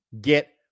get